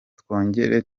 twongere